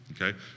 okay